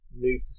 Move